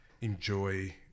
enjoy